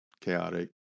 chaotic